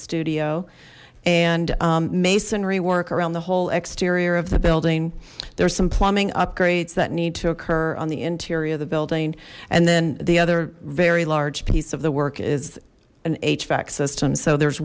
studio and masonry work around the whole exterior of the building there's some plumbing upgrades that need to occur on the interior of the building and then the other very large piece of the work is an hvac system so there's